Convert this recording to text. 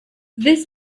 this